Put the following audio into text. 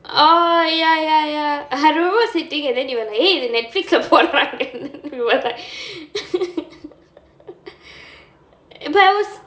oh ya ya ya I remember sitting and then you were like eh இது:ithu Netflix leh போடுறாங்கே:poduraanga then we were like but it was